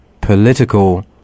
political